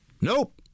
Nope